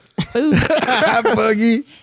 boogie